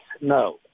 No